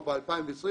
או ב-2021,